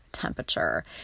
temperature